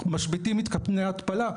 אנחנו משביתים מתקני התפלה.